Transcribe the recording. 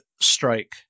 strike